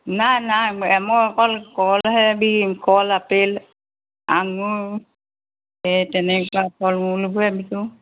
নাই নাই মই অকল কলহে বি কল আপেল আঙুৰ এই তেনেকুৱা ফল মূলবোৰহে বিকোঁ